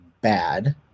bad